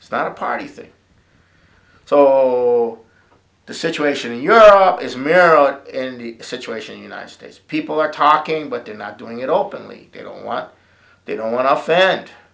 it's not a party thing so the situation in europe is mirrored in the situation in united states people are talking but they're not doing it openly they don't want they don't want to offend